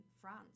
France